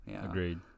Agreed